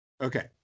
okay